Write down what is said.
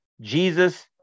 Jesus